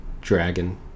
dragon